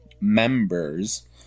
members